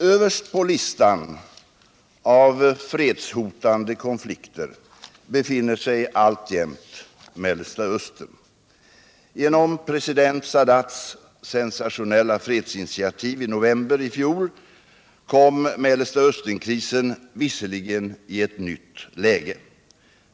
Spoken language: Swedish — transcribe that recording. Överst på listan av fredshotande konflikter befinner sig alltjämt Mellersta Östern. Genom president Anwar Sadats sensationella fredsinitiativ i november i fjol kom Mellersta Östern-krisen visserligen i ett nytt läge.